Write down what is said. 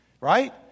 Right